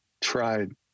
tried